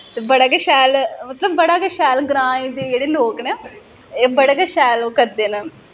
ते बड़ा गै शैल मतलब बड़ा गै शैल ग्रांऽ दे जेह्ड़े लोग न एह् बड़ा गै शैल करदे न